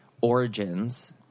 origins